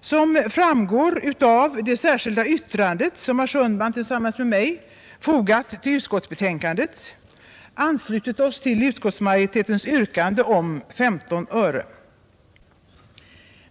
som framgår av det särskilda yttrande som herr Sundman tillsammans med mig fogat till utskottets betänkande, anslutit oss till utskottsmajoritetens yrkande om 15 öre.